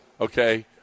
okay